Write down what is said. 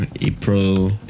April